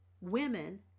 women